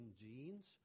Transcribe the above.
genes